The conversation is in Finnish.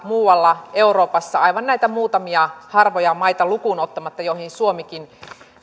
muualla euroopassa aivan näitä muutamia harvoja maita lukuun ottamatta joihin suomikin